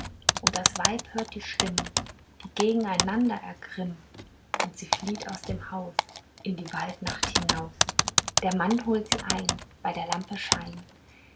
und das weib hört die stimmen die gegeneinander ergrimmen und sie flieht aus dem haus in die waldnacht hinaus der mann holt sie ein bei der lampe schein